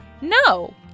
No